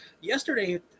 yesterday